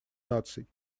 наций